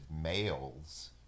males